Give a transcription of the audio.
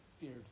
feared